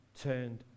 turned